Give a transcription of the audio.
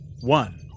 one